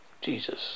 Jesus